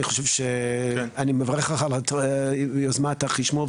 אני מברך על יוזמת החשמול,